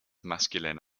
masculine